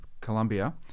Colombia